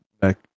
back